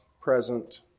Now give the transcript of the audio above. present